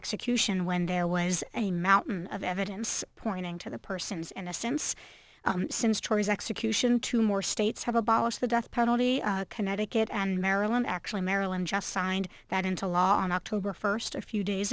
execution when there was a mountain of evidence pointing to the persons and a sense since tori's execution two more states have abolished the death penalty connecticut and maryland actually maryland just signed that into law on october first a few days